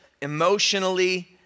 emotionally